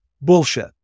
bullshit